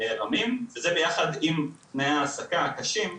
וזה ביחד עם תנאי העסקה קשים,